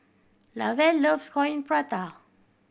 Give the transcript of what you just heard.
Lavelle loves Coin Prata